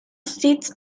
sits